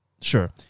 Sure